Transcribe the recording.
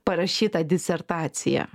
parašytą disertaciją